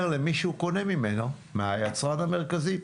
אומר למי שהוא קונה ממנו: מהיצרן המרכזית.